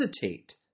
hesitate